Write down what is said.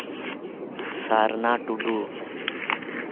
ᱥᱟᱨᱱᱟ ᱴᱩᱰᱩ